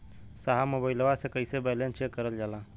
साहब मोबइलवा से कईसे बैलेंस चेक करल जाला?